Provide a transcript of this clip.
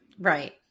right